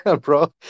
bro